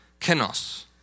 kenos